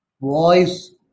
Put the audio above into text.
voice